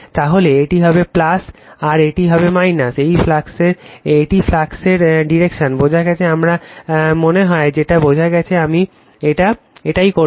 তাহলে এটি হবে আর এটি হবে এটি ফ্লাক্স এর ডিরেকশন বোঝা গেছে আমার মনে হয় এটা বোঝা গেছে তাই আমি এইটা করবো